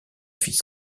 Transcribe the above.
fils